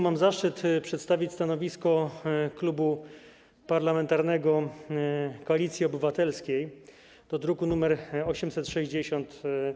Mam zaszczyt przedstawić stanowisko Klubu Parlamentarnego Koalicja Obywatelska odnośnie do druku nr 860.